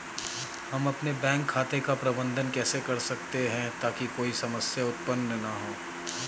हम अपने बैंक खाते का प्रबंधन कैसे कर सकते हैं ताकि कोई समस्या उत्पन्न न हो?